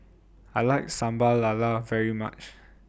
I like Sambal Lala very much